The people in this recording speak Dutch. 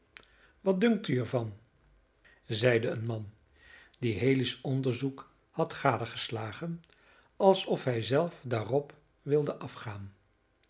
wat dunkt u er van zeide een man die haley's onderzoek had gadegeslagen alsof hij zelf daarop wilde afgaan